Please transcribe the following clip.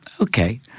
Okay